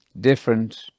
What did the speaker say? different